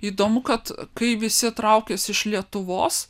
įdomu kad kai visi traukiasi iš lietuvos